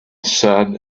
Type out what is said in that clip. sad